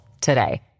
today